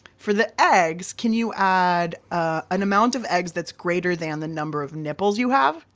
for the eggs, can you add ah an amount of eggs that's greater than the number of nipples you have?